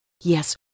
Yes